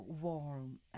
warm